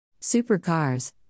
Supercars